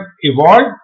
evolved